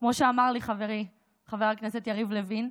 כמו שאמר לי חברי חבר הכנסת יריב לוין,